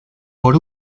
por